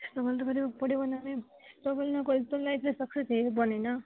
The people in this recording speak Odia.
ସେମାନେ ତ ପର୍ସନାଲ୍ ଲାଇଫ୍ରେ ସକ୍ସେସ୍ ହେବନି ନା